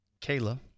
Kayla